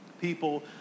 people